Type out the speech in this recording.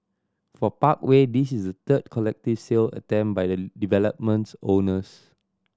for Parkway this is third collective sale attempt by the development's owners